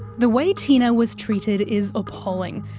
the way tina was treated is appalling,